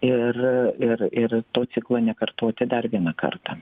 ir ir ir to ciklo nekartoti dar vieną kartą